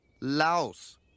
Laos